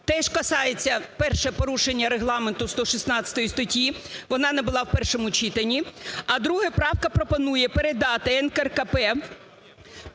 Теж касається - перше - порушення Регламенту 116 статті, вона не була в першому читанні. А друге, правка пропонує передати НКРЕКП